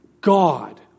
God